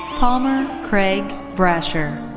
palmer craig brasher.